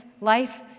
life